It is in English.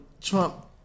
Trump